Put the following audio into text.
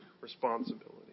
responsibility